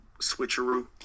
switcheroo